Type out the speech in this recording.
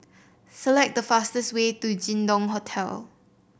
select the fastest way to Jin Dong Hotel